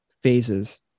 phases